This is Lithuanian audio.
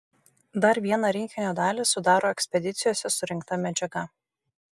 dar vieną rinkinio dalį sudaro ekspedicijose surinkta medžiaga